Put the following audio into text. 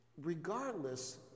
Regardless